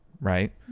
Right